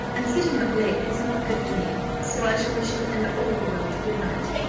and sitting up late is not good for me so i shall wish you and all the world a good night.